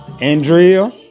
Andrea